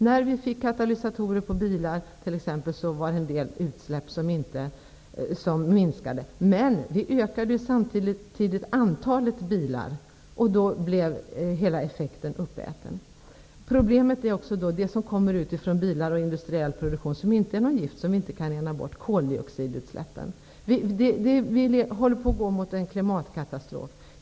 När vi fick katalysatorer på bilar minskade en del utsläpp. Men antalet bilar ökade samtidigt. Då blev hela effekten uppäten. Problemet är också det som kommer från bilar och industriell produktion som inte är gift men som vi inte kan få bort, nämligen koldioxidutsläppen. Vi håller på att gå mot en klimatkatastrof.